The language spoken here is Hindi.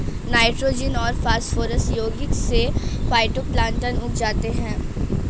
नाइट्रोजन और फास्फोरस यौगिक से फाइटोप्लैंक्टन उग जाते है